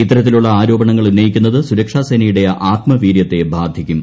ഇത്തരത്തിലുള്ള ആരോപണങ്ങൾ ഉന്നയിക്കുന്നത് സുരക്ഷാസേനയുടെ ആത്മവീര്യത്തെ ബാധിക്കും